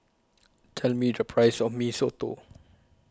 Tell Me The Price of Mee Soto